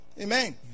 amen